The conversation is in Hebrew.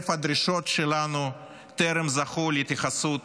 כל הסוגיות הללו טרם זכו להתייחסות